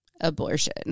Abortion